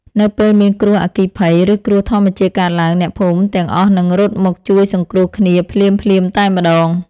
នៅពេលមានគ្រោះអគ្គិភ័យ ឬគ្រោះធម្មជាតិកើតឡើង អ្នកភូមិទាំងអស់នឹងរត់មកជួយសង្គ្រោះគ្នាភ្លាមៗតែម្ដង។